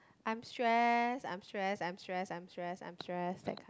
I'm stress I'm stress I'm stress I'm stress I'm stress that kind